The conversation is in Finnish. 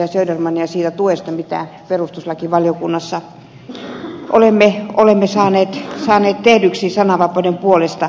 södermania tuesta siinä mitä perustuslakivaliokunnassa olemme saaneet tehdyksi sananvapauden puolesta